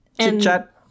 Chit-chat